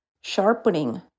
sharpening